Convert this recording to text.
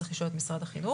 צריך לשאול את משרד החינוך,